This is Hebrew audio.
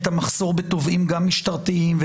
את המחסור בתובעים משטרתיים.